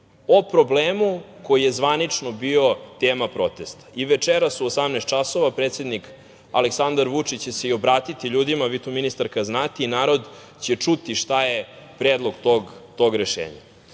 o problemu koji je zvanično bio tema protesta i večeras u 18.00 časova, predsednik Aleksandar Vučić će se i obratiti ljudima, vi to ministarka znate, i narod će čuti šta je predlog tog rešenja.